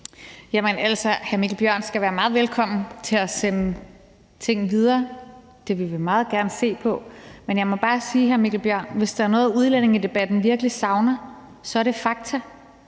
Lund (EL): Hr. Mikkel Bjørn skal være meget velkommen til at sende ting videre. Det vil vi meget gerne se på. Men jeg må bare sige, hr. Mikkel Bjørn, at hvis der er noget, udlændingedebatten virkelig savner, så er det fakta,